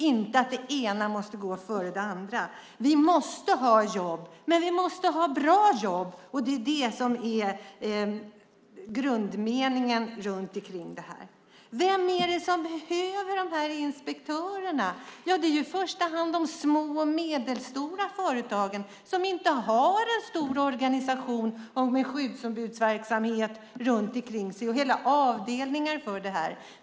Det ena måste inte gå före det andra. Vi måste ha jobb, men vi måste ha bra jobb. Det är grundmeningen. Vem behöver inspektörerna? Det är i första hand de små och medelstora företagen som inte har en stor organisation med skyddsombudsverksamhet och hela avdelningar för detta.